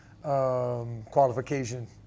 qualification